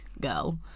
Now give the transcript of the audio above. girl